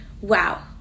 Wow